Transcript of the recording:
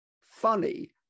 funny